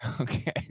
Okay